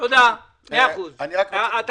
מאה אחוז, תודה.